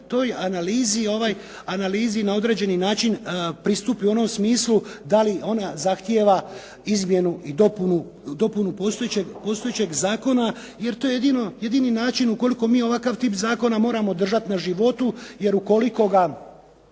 toj analizi na određeni način pristupi u onom smislu da li ona zahtjeva izmjenu i dopunu postojećeg zakona jer to je jedini način ukoliko mi ovakav tip zakona moramo držati na životu jer ukoliko ga